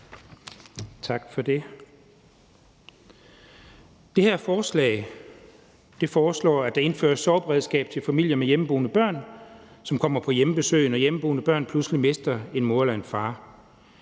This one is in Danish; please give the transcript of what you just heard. Tak for det. Det her forslag vil indføre et sorgberedskab til familier med hjemmeboende børn, som kommer på hjemmebesøg, når hjemmeboende børn pludselig mister en mor eller en far.